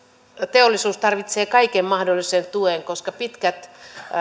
teollisuus tarvitsee kaiken mahdollisen tuen koska pitkät